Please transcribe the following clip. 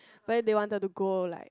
but then they wanted to go like